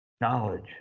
Knowledge